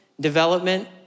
Development